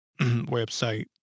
website